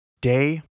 Day